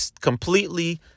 completely